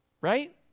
right